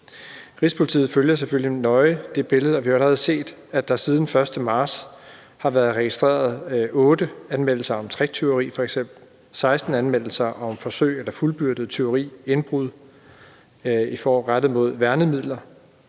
Rigspolitiet følger selvfølgelig billedet nøje, og vi har allerede set, at der siden den 1. marts f.eks. har været registreret 8 anmeldelser af tricktyveri, 16 anmeldelser af forsøg på eller fuldbyrdet tyveri eller indbrud rettet mod værnemidler,